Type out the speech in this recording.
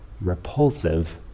repulsive